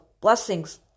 Blessings